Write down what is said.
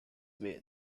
way